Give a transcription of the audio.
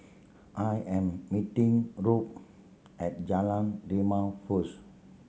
I am meeting Robb at Jalan Rimau first